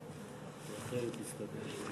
את ההצבעה שלי,